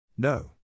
No